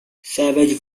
savage